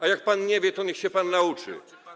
A jak pan nie wie, to niech się pan nauczy.